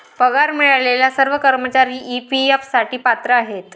पगार मिळालेले सर्व कर्मचारी ई.पी.एफ साठी पात्र आहेत